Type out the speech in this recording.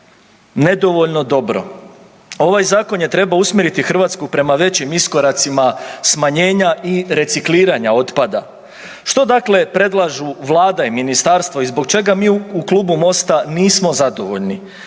nedovoljno dobro. Ovaj zakon je trebao usmjeriti Hrvatsku prema većim iskoracima smanjenja i recikliranja otpada. Što dakle predlažu Vlada i ministarstvo i zbog čega mi u klubu Mosta nismo zadovoljni?